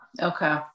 Okay